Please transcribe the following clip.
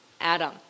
adam